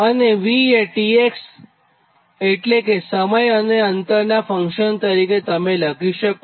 અને V એ tx એટલે કે સમય અને અંતરનાં ફંક્શન તરીકે લખી શકો